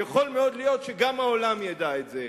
יכול מאוד להיות שגם העולם ידע את זה.